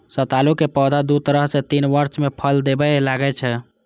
सतालू के पौधा दू सं तीन वर्ष मे फल देबय लागै छै